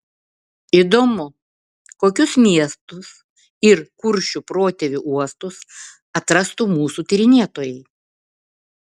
įdomu kokius miestus ir kuršių protėvių uostus atrastų mūsų tyrinėtojai